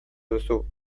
duzu